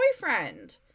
boyfriend